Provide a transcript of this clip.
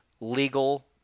legal